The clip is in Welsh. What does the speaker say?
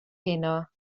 heno